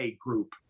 group